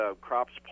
crops